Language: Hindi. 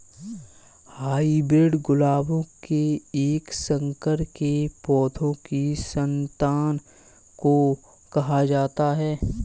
हाइब्रिड गुलाबों के एक संकर के पौधों की संतान को कहा जाता है